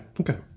okay